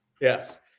Yes